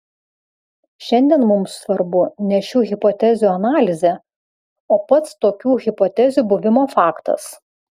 šiandien mums svarbu ne šių hipotezių analizė o pats tokių hipotezių buvimo faktas